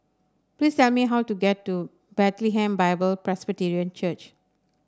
please tell me how to get to Bethlehem Bible Presbyterian Church